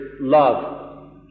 love